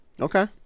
Okay